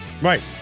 Right